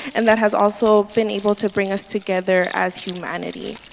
and that has also been able to bring us together as humanity.